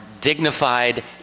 dignified